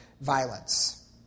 Violence